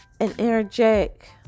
energetic